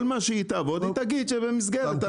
כל מה שהיא תעבוד היא תגיד שזה במסגרת 40 שעות.